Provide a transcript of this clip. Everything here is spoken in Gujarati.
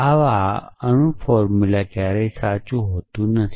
આવા એટોમિક સૂત્ર ક્યારેય સાચું હોઈ શકે નથી